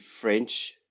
French